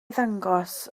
ddangos